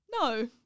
no